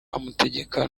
amutegeka